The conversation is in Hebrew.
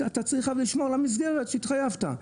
אבל אתה צריך לשמור על המסגרת שהתחייבת אליה.